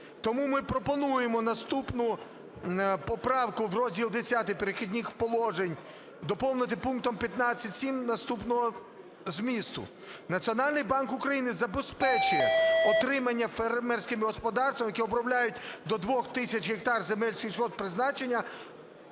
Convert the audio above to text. Тому ми пропонуємо наступну поправку: Розділ Х "Перехідних положень" доповнити пунктом 15-7 наступного змісту: "Національний банк України забезпечує отримання фермерськими господарствами, які обробляють до 2 тисяч гектар земель сільськогосподарського призначення,